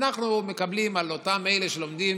אנחנו מקבלים על אותם אלה שלומדים